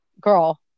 girl